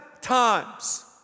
times